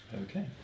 Okay